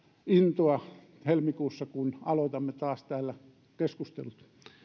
intoa helmikuussa kun aloitamme taas täällä keskustelut